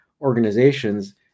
organizations